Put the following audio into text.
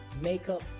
makeup